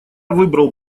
выбрал